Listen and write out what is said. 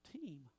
team